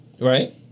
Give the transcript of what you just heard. Right